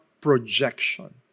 projection